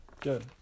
Good